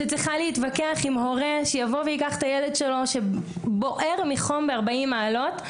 שצריכה להתווכח עם הורה שיבוא וייקח את הילד שלו שבוער מחום ב-40 מעלות,